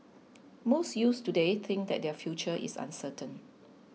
most youths today think that their future is uncertain